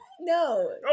No